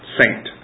saint